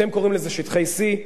אתם קוראים לזה שטחי C,